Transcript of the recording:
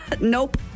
Nope